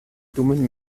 dummen